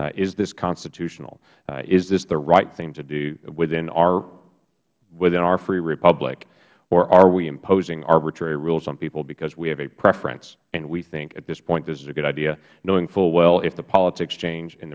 is this constitutional is this the right thing to do within our free republic or are we imposing arbitrary rules on people because we have a preference and we think at this point this is a good idea knowing full well if the politics change